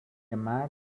مرد